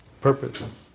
purpose